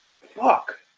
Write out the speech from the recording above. fuck